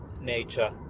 nature